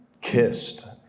kissed